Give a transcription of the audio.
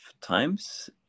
times